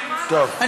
אמרת,